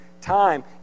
time